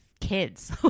kids